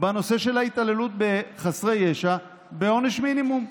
בנושא של התעללות בחסרי ישע בעונש מינימום,